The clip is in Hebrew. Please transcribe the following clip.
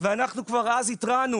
ואנחנו כבר אז התרענו